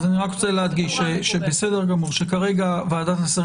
אני רק רוצה להדגיש שכרגע ועדת השרים